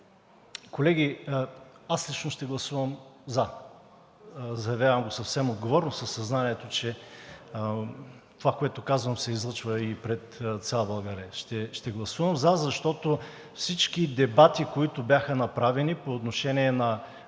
Колеги, аз лично ще гласувам за – заявявам го съвсем отговорно, със съзнанието, че това, което казвам, се излъчва пред цяла България. Ще гласувам за, защото всички дебати, които бяха направени по отношение на